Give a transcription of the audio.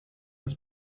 das